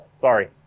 Sorry